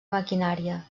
maquinària